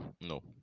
no